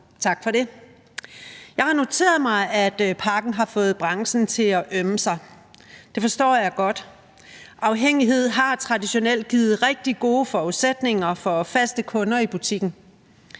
Tak for det. Jeg har noteret mig, at pakken har fået branchen til at ømme sig, og det forstår jeg godt. Afhængighed har traditionelt givet rigtig gode forudsætninger for faste kunder i butikken.